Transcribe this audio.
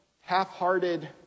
half-hearted